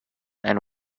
and